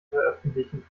veröffentlichen